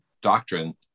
doctrine